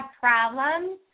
problems